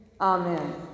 Amen